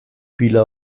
pila